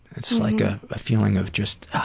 it's like ah a feeling of just